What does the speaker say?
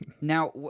Now